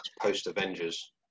post-Avengers